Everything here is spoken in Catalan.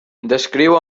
descriu